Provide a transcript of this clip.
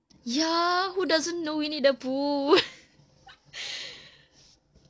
ya who doesn't know winnie the pooh